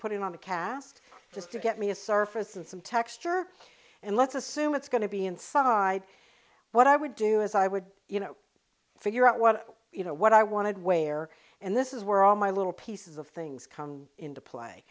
purporting on a cast just to get me a surface of some texture and let's assume it's going to be inside what i would do as i would you know figure out what you know what i wanted way or and this is where all my little pieces of things come into play